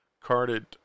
carded